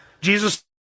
Jesus